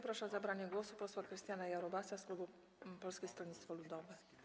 Proszę o zabranie głosu posła Krystiana Jarubasa z klubu Polskiego Stronnictwa Ludowego.